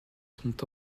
sont